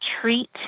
treat